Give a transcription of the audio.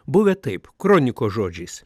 buvę taip kroniko žodžiais